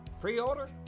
Pre-order